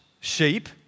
sheep